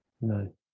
No